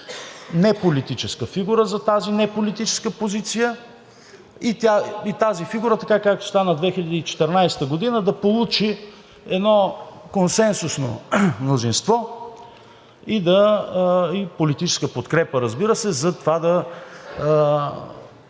неполитическа фигура за тази неполитическа позиция и тази фигура, така както стана 2014 г., да получи едно консенсусно мнозинство и политическа подкрепа, разбира се, за това да